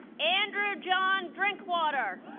andrew john drinkwater